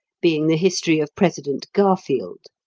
being the history of president garfield.